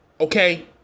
Okay